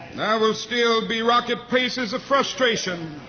still be rocky places of frustration